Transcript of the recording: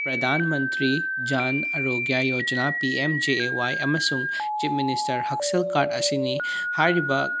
Pradhan Mantri Jan Arogya Yojana P M J A Y ꯑꯃꯁꯨꯡ chief minister ꯍꯛꯆꯦꯜ card ꯑꯁꯤꯅꯤ ꯍꯥꯏꯔꯤꯕ